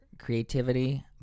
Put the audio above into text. creativity